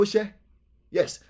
Yes